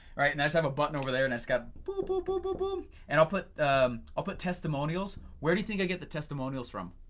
right, and then i just have a button over there and i just got, boom, boom, boom, boom, boom. and i'll put ah but testimonials, where do you think i get the testimonials from?